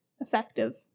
effective